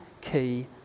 key